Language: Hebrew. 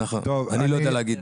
אני לא יודע להגיד.